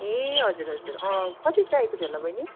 ए हजुर हजुर अँ कति चाहिएको थियो होला बहिनी